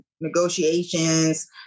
negotiations